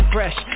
Fresh